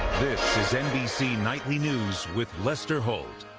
this is nbc nightly news with lester holt.